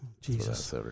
Jesus